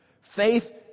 faith